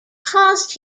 caused